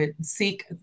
Seek